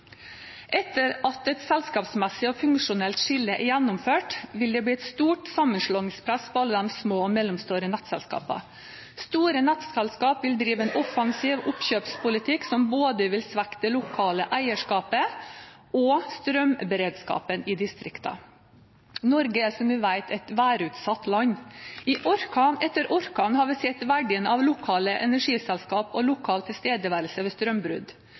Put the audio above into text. Etter at et selskapsmessig og funksjonelt skille er gjennomført, vil det bli et stort sammenslåingspress på alle de små og mellomstore nettselskapene. Store nettselskap vil drive en offensiv oppkjøpspolitikk som vil svekke både det lokale eierskapet og strømberedskapen i distriktene. Norge er, som vi vet, et værutsatt land. I orkan etter orkan har vi sett verdien av lokale energiselskap og lokal tilstedeværelse ved strømbrudd.